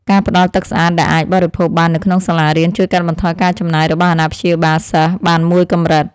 ការផ្តល់ទឹកស្អាតដែលអាចបរិភោគបាននៅក្នុងសាលារៀនជួយកាត់បន្ថយការចំណាយរបស់អាណាព្យាបាលសិស្សបានមួយកម្រិត។